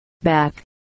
back